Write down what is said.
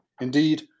indeed